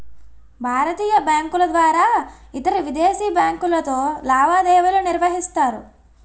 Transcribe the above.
భారతీయ బ్యాంకుల ద్వారా ఇతరవిదేశీ బ్యాంకులతో లావాదేవీలు నిర్వహిస్తారు